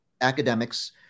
academics